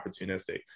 opportunistic